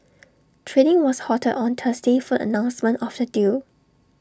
trading was halted on Thursday for announcement of the deal